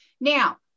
Now